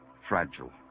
fragile